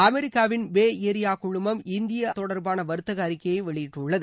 அமெரிக்காவின் Bay Area குழுமம் India தொடர்பான வர்த்தக அறிக்கையை வெளியிட்டுள்ளது